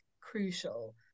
crucial